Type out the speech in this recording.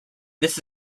this